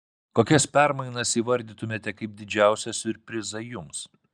kokias permainas įvardytumėte kaip didžiausią siurprizą jums